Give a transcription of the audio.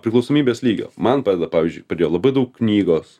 priklausomybės lygio man padeda pavyzdžiui padėjo labai daug knygos